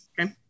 Okay